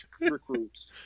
recruits